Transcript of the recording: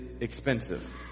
expensive